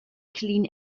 clean